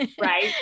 right